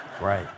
right